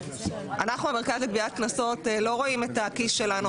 אנחנו המרכז לגביית קנסות לא רואים את הכיס שלנו,